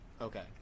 okay